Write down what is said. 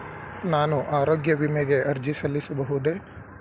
ನಾನು ಆರೋಗ್ಯ ವಿಮೆಗೆ ಅರ್ಜಿ ಸಲ್ಲಿಸಬಹುದೇ?